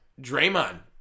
Draymond